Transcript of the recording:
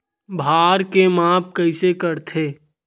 भार के माप कइसे करथे?